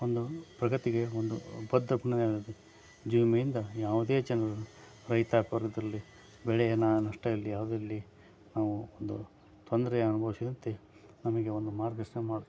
ಒಂದು ಪ್ರಗತಿಗೆ ಒಂದು ಬದ್ಧ ಬುನಾದಿ ಜೀವ ವಿಮೆಯಿಂದ ಯಾವುದೇ ಜನರು ರೈತಪರದಲ್ಲಿ ಬೆಳೆಯ ನಷ್ಟ ಇಲ್ಲಿ ಯಾವುದೇ ಇರಲಿ ನಾವು ಒಂದು ತೊಂದರೆ ಅನುಭವ್ಸಿದಂತೆ ನಮಗೆ ಒಂದು ಮಾರ್ಗದರ್ಶನ ಮಾಡುತ್ತದೆ